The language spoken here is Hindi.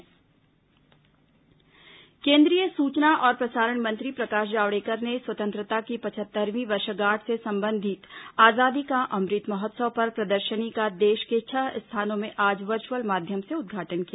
अमृत महोत्सव जावड़ेकर केंद्रीय सूचना और प्रसारण मंत्री प्रकाश जावड़ेकर ने स्वतंत्रता की पचहत्तरवीं वर्षगांठ से संबंधित आजादी का अमृत महोत्सव पर प्रदर्शनी का देश के छह स्थानों में आज वर्चुअल माध्यम से उद्घाटन किया